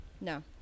No